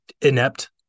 Inept